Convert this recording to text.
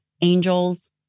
angels